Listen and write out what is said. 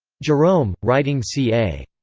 jerome, writing ca.